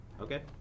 Okay